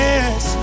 Yes